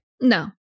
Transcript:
No